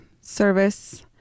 service